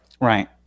Right